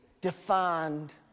defined